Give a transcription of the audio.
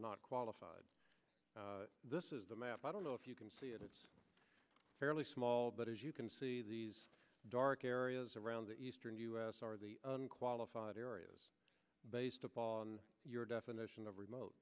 not qualified this is the map i don't know if you can see it is fairly small but as you can see the dark areas around the eastern u s are the unqualified areas based on your definition of remote